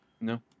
No